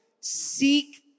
Seek